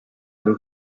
and